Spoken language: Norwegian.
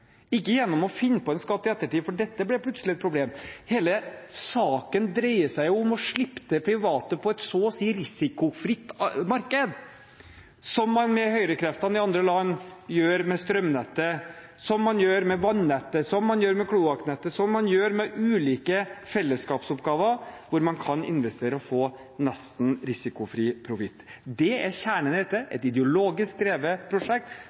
ikke gjennom å finne på en skatt i ettertid, for dette ble plutselig et problem. Hele saken dreier seg om å slippe til private på et så å si risikofritt marked, som man med høyrekreftene i andre land gjør med strømnettet, som man gjør med vannettet, som man gjør med kloakknettet, som man gjør med ulike fellesskapsoppgaver, hvor man kan investere og få nesten risikofri profitt. Det er kjernen i dette – et ideologisk drevet prosjekt